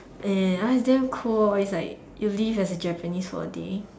and I damn cool its like you live as a Japanese for a day